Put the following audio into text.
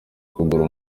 kugura